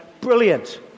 brilliant